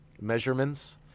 measurements